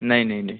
नहीं नहीं नहीं